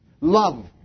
Love